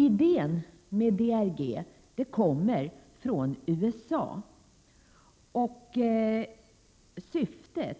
Idén med DRG kommer från USA, och syftet